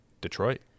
Detroit